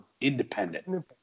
independent